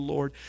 Lord